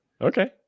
Okay